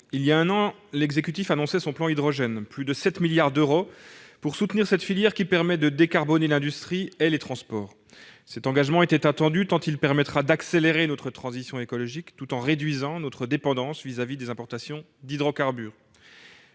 voilà un an, l'exécutif annonçait son plan Hydrogène : plus de 7 milliards d'euros pour soutenir cette filière, qui permet de décarboner l'industrie et les transports. Cet engagement était attendu, tant il permettra d'accélérer notre transition écologique tout en réduisant notre dépendance vis-à-vis des importations d'hydrocarbures.